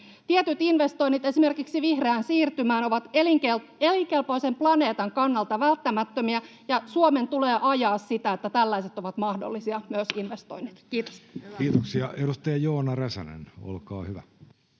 Tietyt investoinnit esimerkiksi vihreään siirtymään ovat elinkelpoisen planeetan kannalta välttämättömiä, ja Suomen tulee ajaa sitä, että tällaiset ovat mahdollisia, myös investoinnit. — Kiitos. Kiitoksia. — Edustaja Joona Räsänen, olkaa hyvä.